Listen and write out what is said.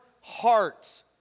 hearts